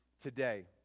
today